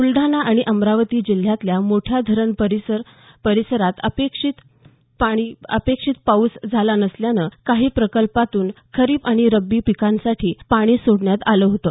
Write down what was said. बुलडाणा आणि अमरावती जिल्ह्यातल्या मोठ्या धरण परिसरात अपेक्षित पाऊस झाला नसल्यानं काही प्रकल्पांतून खरीप आणि रब्बी पिकांसाठी पाणी सोडण्यात आलं होतं